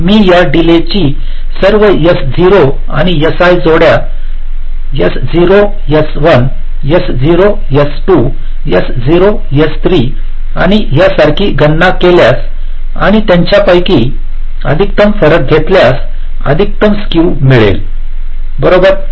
मी या डीलेची सर्व S0 आणि Si जोड्या S0 S1 S0 S2 S0 S3 आणि यासारखी गणना केल्यास आणि त्यापैकी अधिकतम फरक घेतल्यास अधिकतम स्केव मिळेलबरोबर